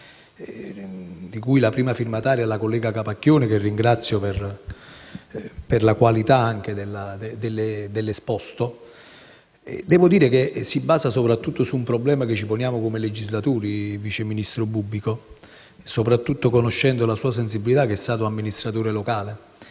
la cui prima firmataria è la collega Capacchione, che ringrazio anche per la qualità dell'esposizione, si basa soprattutto su un problema che ci poniamo come legislatori, signor Vice Ministro, e lo dico soprattutto conoscendo la sua sensibilità, essendo stato amministratore locale.